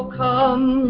come